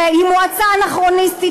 שהיא מועצה אנכרוניסטית,